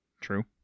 True